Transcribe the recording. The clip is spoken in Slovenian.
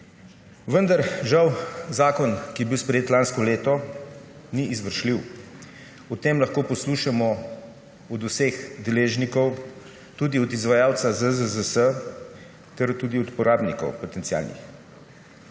Vendar, žal, zakon, ki je bil sprejet lansko leto, ni izvršljiv. O tem lahko poslušamo od vseh deležnikov, tudi od izvajalca ZZZS ter tudi od potencialnih